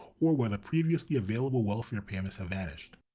or when previously available welfare payments have vanished.